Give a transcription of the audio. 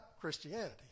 Christianity